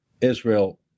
Israel